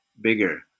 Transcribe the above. bigger